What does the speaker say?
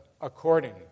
according